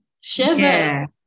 Shiver